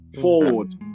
forward